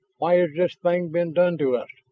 why has this thing been done to us?